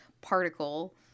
particle